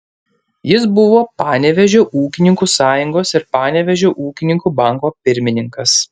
jis buvo panevėžio ūkininkų sąjungos ir panevėžio ūkininkų banko pirmininkas